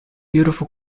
beautiful